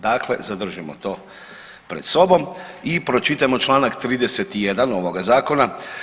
Dakle, zadržimo to pred sobom i pročitajmo Članak 31. ovoga zakona.